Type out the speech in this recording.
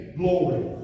glory